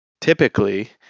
typically